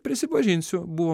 prisipažinsiu buvo